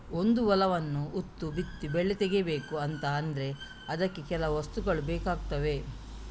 ಒಂದು ಹೊಲವನ್ನ ಉತ್ತು ಬಿತ್ತಿ ಬೆಳೆ ತೆಗೀಬೇಕು ಅಂತ ಆದ್ರೆ ಅದಕ್ಕೆ ಕೆಲವು ವಸ್ತುಗಳು ಬೇಕಾಗ್ತವೆ